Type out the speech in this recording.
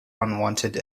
unwanted